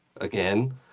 again